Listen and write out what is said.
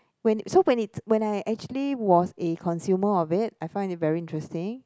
when so when it when I actually was a consumer of it I find it very interesting